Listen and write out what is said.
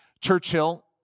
Churchill